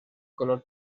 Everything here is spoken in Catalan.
color